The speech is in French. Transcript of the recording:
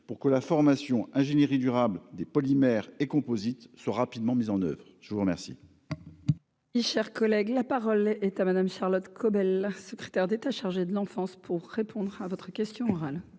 pour que la formation ingénierie durable des polymères et composites ce rapidement mises en oeuvre, je vous remercie.